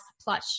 plush